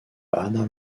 ana